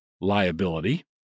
liability